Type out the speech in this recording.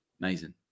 Amazing